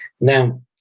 Now